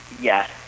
yes